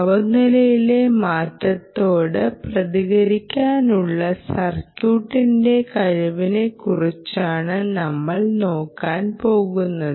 താപനിലയിലെ മാറ്റത്തോട് പ്രതികരിക്കാനുള്ള സർക്യൂട്ടിന്റെ കഴിവിനെക്കുറിച്ചാണ് നമ്മൾ നോക്കാൻ പോകുന്നത്